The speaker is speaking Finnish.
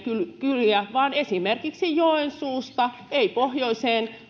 kyliä vaan esimerkiksi joensuusta ei pohjoiseen